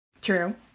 True